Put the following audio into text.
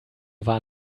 war